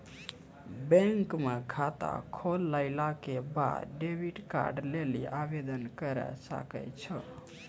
bank म खाता खोलला के बाद डेबिट कार्ड लेली आवेदन करै सकै छौ